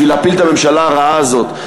בשביל להפיל את הממשלה הרעה הזאת,